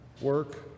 work